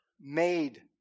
made